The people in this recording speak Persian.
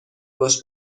باش